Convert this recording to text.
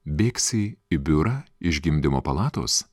bėgsi į biurą iš gimdymo palatos